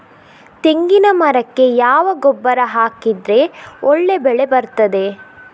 ತೆಂಗಿನ ಮರಕ್ಕೆ ಯಾವ ಗೊಬ್ಬರ ಹಾಕಿದ್ರೆ ಒಳ್ಳೆ ಬೆಳೆ ಬರ್ತದೆ?